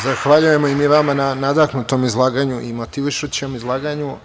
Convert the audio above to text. Zahvaljujemo i mi vama na nadahnutom izlaganju i motivišućem izlaganju.